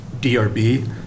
DRB